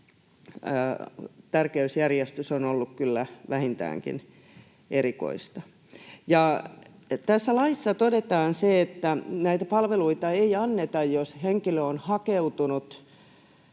tärkeysjärjestys on ollut kyllä vähintäänkin erikoista. Tässä laissa todetaan se, että näitä palveluita ei anneta, jos henkilö on hakeutunut